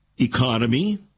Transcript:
economy